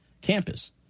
campus